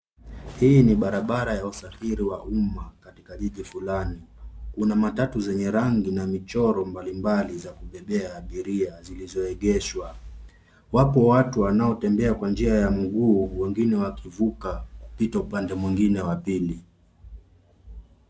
Hii ni barabara ya usafiri wa umma katika jiji fulani. Kuna matatu zenye rangi na michoro mbalimbali za kubebea abiria zilizo egeshwa. Wapo watu wanaotembea kwa njia ya mguu wengine wakivuka mpito upande mwingine wa pili.